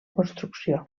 construcció